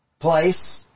place